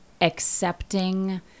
accepting